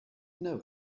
know